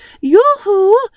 Yoo-hoo